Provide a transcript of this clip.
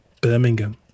Birmingham